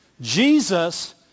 Jesus